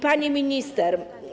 Pani Minister!